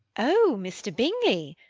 oh, mr. bingley!